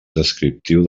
descriptiu